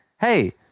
hey